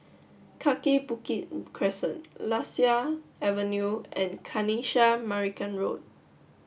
Kaki Bukit Crescent Lasia Avenue and Kanisha Marican Road